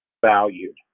valued